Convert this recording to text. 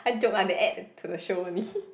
a joke want to add to the show only